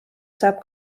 saab